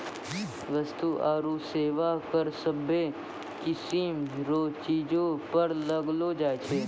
वस्तु आरू सेवा कर सभ्भे किसीम रो चीजो पर लगैलो जाय छै